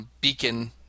beacon